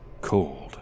cold